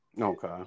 Okay